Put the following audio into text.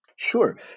Sure